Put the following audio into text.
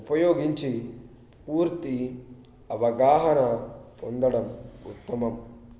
ఉపయోగించి పూర్తి అవగాహన పొందడం ఉత్తమం